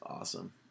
awesome